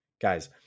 guys